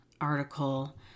article